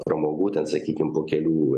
pramogų ten sakykim po kelių